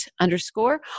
underscore